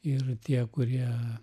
ir tie kurie